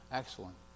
excellent